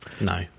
No